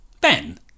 Ben